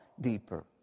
deeper